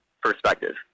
perspective